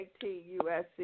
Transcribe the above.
ATUSC